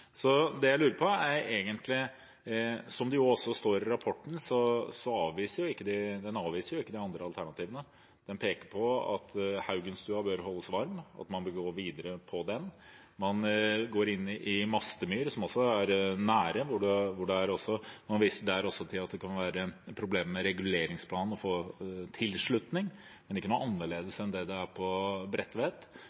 Så det jeg lurer på, er egentlig: Rapporten avviser jo ikke de andre alternativene – det står i rapporten. Den peker på at Haugenstua bør holdes varm, at man bør gå videre med det. Man går inn på Mastemyr, som også er nær. Man viser også der til at det kan være problemer med reguleringsplanen og med å få tilslutning, men det er ikke noe